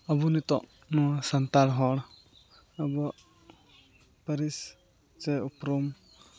ᱟᱵᱚ ᱱᱤᱛᱳᱜ ᱱᱚᱣᱟ ᱥᱟᱱᱛᱟᱞ ᱦᱚᱲ ᱟᱵᱚ ᱯᱟᱨᱤᱥ ᱥᱮ ᱩᱯᱨᱩᱢ